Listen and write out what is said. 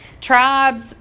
tribes